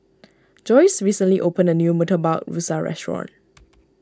Joye recently opened a new Murtabak Rusa restaurant